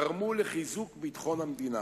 תרמו לחיזוק ביטחון המדינה.